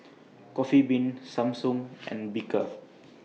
Coffee Bean Samsung and Bika